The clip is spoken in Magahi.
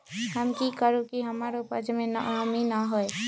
हम की करू की हमर उपज में नमी न होए?